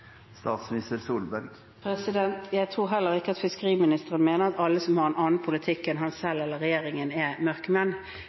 fiskeriministeren mener at alle som har en annen politikk enn han